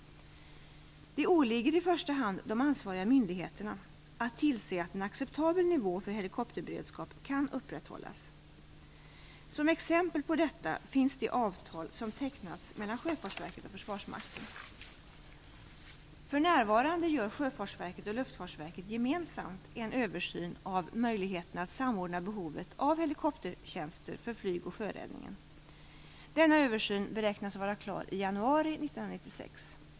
Det åligger i första hand de ansvariga myndigheterna att tillse att en acceptabel nivå för helikopterberedskap kan upprätthållas. Som exempel på detta finns det avtal som tecknats mellan Sjöfartsverket och För närvarande gör Sjöfartsverket och Luftfartsverket gemensamt en översyn av möjligheterna att samordna behovet av helikoptertjänster för flyg och sjöräddningen. Denna översyn beräknas vara klar i januari 1996.